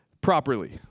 properly